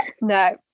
No